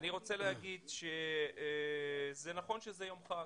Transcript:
אני רוצה להגיד שזה נכון שזה יום חג.